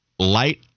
Light